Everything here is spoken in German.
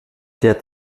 der